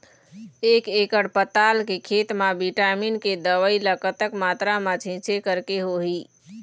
एक एकड़ पताल के खेत मा विटामिन के दवई ला कतक मात्रा मा छीचें करके होही?